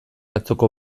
atzoko